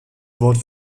wort